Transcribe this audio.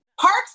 Parks